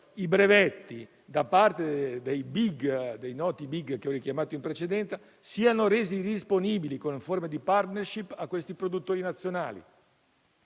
i brevetti, da parte dei noti *big* che ho richiamato in precedenza, siano resi disponibili, con forme di *partnership*, a questi produttori nazionali.